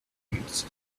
its